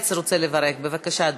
שטייניץ רוצה לברך, בבקשה,